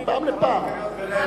מפעם לפעם.